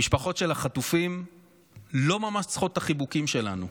המשפחות של החטופים לא ממש צריכות את החיבוקים שלנו,